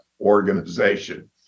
organization